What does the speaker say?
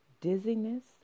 dizziness